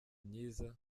myiza